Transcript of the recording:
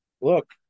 Look